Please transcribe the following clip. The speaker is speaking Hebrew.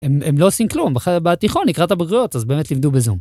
הם לא עושים כלום, בתיכון, לקראת הבגרויות, אז באמת לימדו בזום.